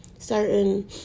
certain